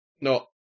No